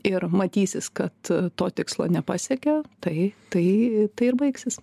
ir matysis kad to tikslo nepasiekė tai tai tai ir baigsis